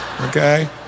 Okay